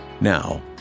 now